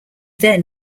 then